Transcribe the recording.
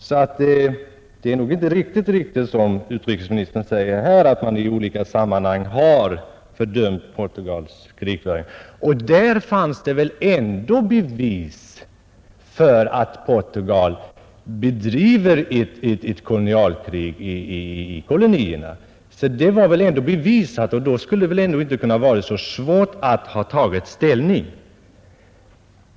Så det är nog inte alldeles riktigt, som utrikesministern säger, att Sverige i olika sammanhang har fördömt Portugals krigföring. Den gången fanns det väl ändå bevis för att Portugal bedriver ett kolonialkrig i Afrika. Det var väl ändå bevisat, och då borde det inte ha varit så svårt att ta ställning.